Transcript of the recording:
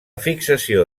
fixació